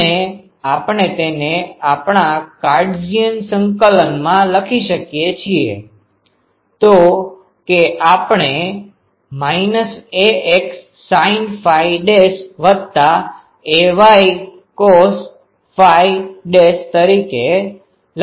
અને આપણે તેને આપણા કાર્ટેશિયન સંકલનમાં લખી શકીએ છીએ તો કે આપણે axsin aycos φ minus ax sine phi dash વત્તા ay કોસ ફાઈ ડેશ તરીકે લખી શકીએ